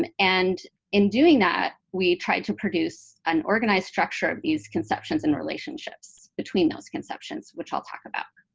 um and in doing that, we tried to produce an organized structure of these conceptions and relationships between those conceptions, which i'll talk about.